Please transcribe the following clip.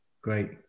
Great